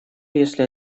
если